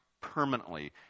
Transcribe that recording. permanently